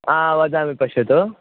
आ वदामि पश्यतु